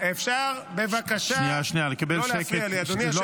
--- אפשר בבקשה לא להפריע לי, אדוני היושב-ראש?